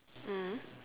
mm